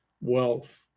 wealth